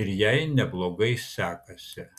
ir jai neblogai sekasi